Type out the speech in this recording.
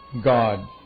God